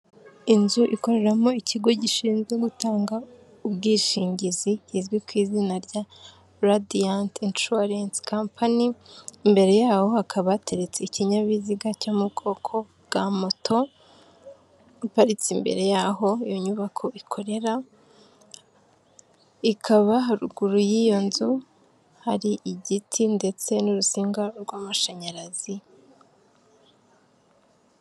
Inzu ikoreramo ikigo gishinzwe gutanga ubwishingizi kizwi ku izina rya Radiyanti inshuwalensi kampani, imbere yaho hakaba hateretse ikinyabiziga cyo mu bwoko bwa moto iparitse imbere y'aho iyo nyubako ikorera, ikaba ruguru y'iyo nzu hari igiti ndetse n'urusinga rw'amashanyarazi.